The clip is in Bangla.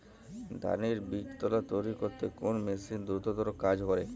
ধানের বীজতলা তৈরি করতে কোন মেশিন দ্রুততর কাজ করে?